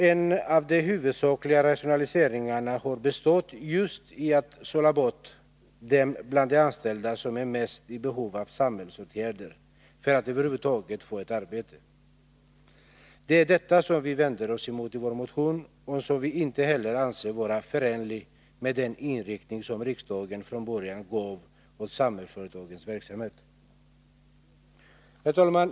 En av de huvudsakliga rationaliseringarna har bestått just i att sålla bort dem bland de anställda som är mest i behov av samhällsåtgärder för att över huvud taget få ett arbete. Det är detta som vi vänder oss mot i vår motion och som vi inte heller anser vara förenligt med den inriktning som riksdagen från början gav åt Samhällsföretags verksamhet. Herr talman!